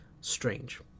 strange